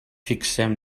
fixem